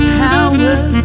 power